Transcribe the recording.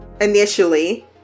Initially